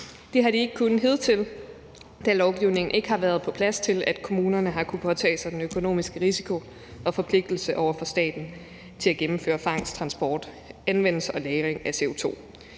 Det har de ikke kunnet hidtil, da lovgivningen ikke har været på plads, i forhold til at kommunerne har kunnet påtage sig den økonomiske risiko og forpligtelse over for staten til at gennemføre fangst, transport, anvendelse og lagring af CO2.